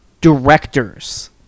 directors